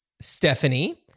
Stephanie